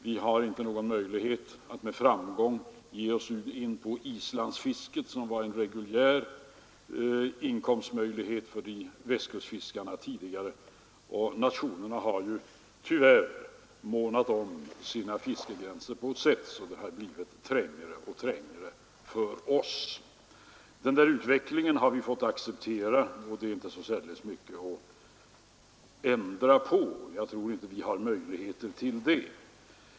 Vi skulle inte med någon framgång nu kunna ge oss in på Islandsfisket, som var en reguljär inkomstmöjlighet för västkustfiskarna tidigare. Nationerna har ju tyvärr månat om sina fiskegränser på ett sätt som gör att det blir trängre och trängre för oss. Den utvecklingen har vi fått acceptera, och det är inte så särdeles mycket att ändra på. Jag tror inte att vi har några möjligheter till det.